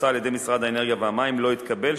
על-ידי משרד האנרגיה והמים לא התקבל,